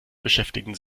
beschäftigen